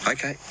Okay